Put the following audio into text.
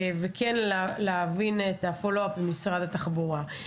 וכן להבין את ה-follow up ממשרד התחבורה.